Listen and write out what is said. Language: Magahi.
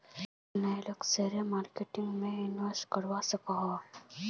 नय लोग शेयर मार्केटिंग में इंवेस्ट करे करवा सकोहो?